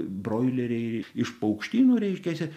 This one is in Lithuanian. broileriai iš paukštynų reiškiasi